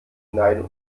hinein